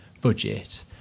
budget